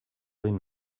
egin